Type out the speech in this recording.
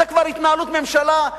זה כבר התנהלות ממשלה,